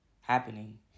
happening